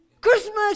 Christmas